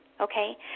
Okay